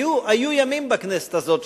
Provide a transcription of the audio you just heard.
היו ימים בכנסת הזו,